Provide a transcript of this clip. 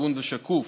הגון ושקוף.